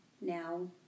Now